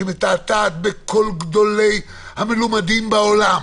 שמתעתעת בכל גדולי המלומדים בעולם.